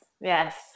Yes